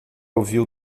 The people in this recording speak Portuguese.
ouviu